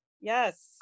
Yes